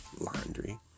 laundry